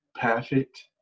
perfect